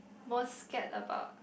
most scared about